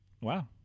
Wow